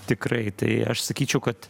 tikrai tai aš sakyčiau kad